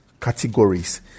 categories